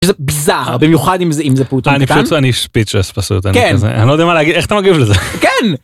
במיוחד אם זה אם זה פוטין פשוט אני פשוט אני speachless פשוט אני לא יודע מה להגיד איך אתה מגיב לזה.